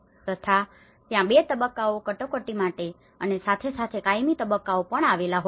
તથા ત્યાં બે તબક્કાઓ કટોકટી માટે અને સાથે સાથે કાયમી તબક્કાઓ પણ આવેલા હોય છે